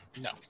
no